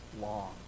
long